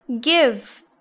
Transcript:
give